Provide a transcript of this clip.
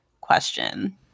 question